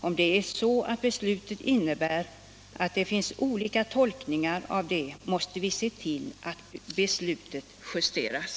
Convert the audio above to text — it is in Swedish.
Om det är så att beslutet innebär att det kan finnas olika tolkningar av det, måste vi se till att beslutet justeras —---.”